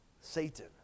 Satan